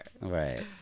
right